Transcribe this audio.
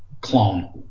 clone